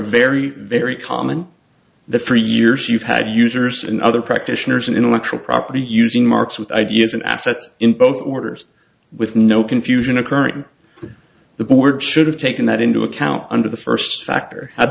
very very common the three years you've had users and other practitioners and intellectual property using marx with ideas and assets in both orders with no confusion occurring the board should have taken that into account under the first factor h